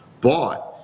bought